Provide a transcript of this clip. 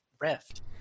rift